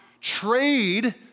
trade